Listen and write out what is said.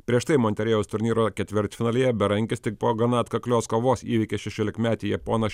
prieš tai moterėjaus turnyro ketvirtfinalyje berankis tik po gana atkaklios kovos įveikė šešiolikmetį japoną